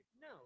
No